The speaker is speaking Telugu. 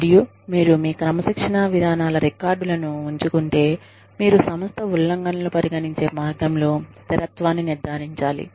మరియు మీరు మీ క్రమశిక్షణా విధానాల రికార్డులను ఉంచుకుంటే మీరు సంస్థ ఉల్లంఘనలు పరిగణించే మార్గంలో స్థిరత్వాన్ని నిర్ధారించాలి